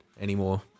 anymore